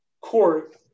court